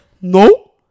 No